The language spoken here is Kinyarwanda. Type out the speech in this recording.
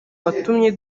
watumye